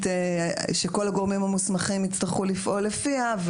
שכל הגורמים המוסמכים יצטרכו לפעול לפיה.